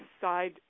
side